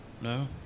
no